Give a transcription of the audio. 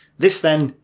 this then,